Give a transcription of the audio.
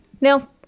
no